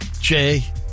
Jay